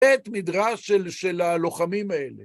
בית מדרש של של הלוחמים האלה.